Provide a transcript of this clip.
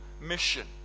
mission